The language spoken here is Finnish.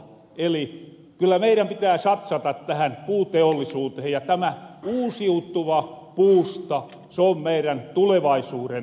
eli kyllä meirän pitää satsata tähän puuteollisuutehen ja tämä uusiutuva puusta se on meirän tulevaisuuden helemi